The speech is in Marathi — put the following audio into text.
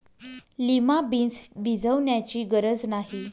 लिमा बीन्स भिजवण्याची गरज नाही